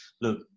look